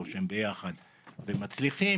או שהם ביחד ומצליחים,